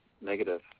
negative